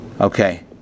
Okay